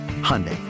Hyundai